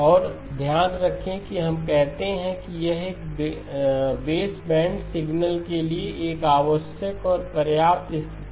और ध्यान रखें कि हम कहते हैं कि यह बेसबैंड सिग्नल के लिए एक आवश्यक और पर्याप्त स्थिति है